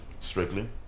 Strictly